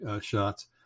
shots